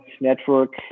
network